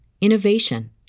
innovation